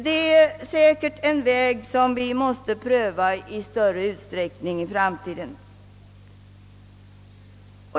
Det är säkert en väg som vi måste pröva i större utsträckning i framtiden.